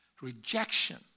Rejection